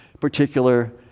particular